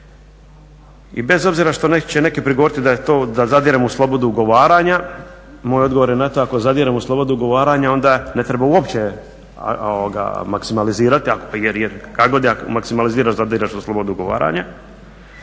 I bez obzira što će neki prigovoriti da zadiremo u slobodu ugovaranja, moj odgovor na to ako zadiremo u slobodu ugovaranja onda ne treba uopće maksimalizirati jer je kada god maksimaliziraš zadireš u slobodu ugovaranja,